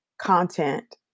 content